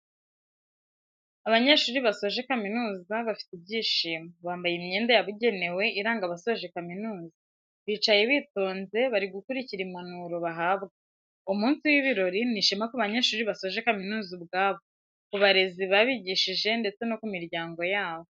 Abanyeshuri basoje kamizuza bafite ibyishimo, bambaye imyenda yabugenewe iranga abasoje kaminuza bicaye bitonze bari gukurikira impanuro bahabwa, uwo munsi w'ibirori ni ishema ku banyeshuri basoje kaminuza ubwabo, ku barezi babigishije ndetse no ku miryango yabo.